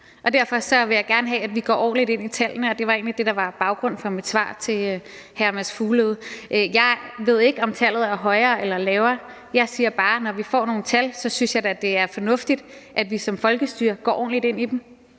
derfor vil jeg gerne have, at vi går ordentligt ind i tallene, og det var egentlig det, der var baggrunden for mit svar til hr. Mads Fuglede. Jeg ved ikke, om tallet er højere eller lavere. Jeg siger bare, at når vi får nogle tal, synes jeg da, det er fornuftigt, at vi som folkestyre går ordentligt ind i dem.